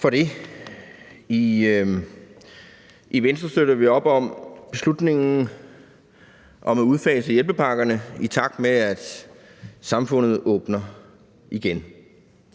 I Venstre støtter vi op om beslutningen om at udfase hjælpepakkerne, i takt med at samfundet åbner igen